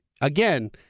again